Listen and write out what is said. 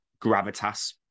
gravitas